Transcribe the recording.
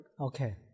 Okay